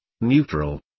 neutral